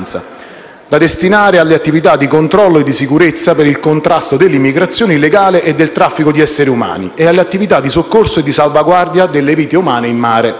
da destinare alle attività di controllo e di sicurezza per il contrasto dell'immigrazione illegale e del traffico di esseri umani, e alle attività di soccorso e di salvaguardia della vita umana in mare.